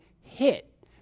hit